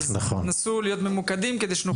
אז תנסו להיות ממוקדם כדי שנוכל להתקדם.